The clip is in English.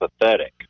pathetic